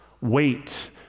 wait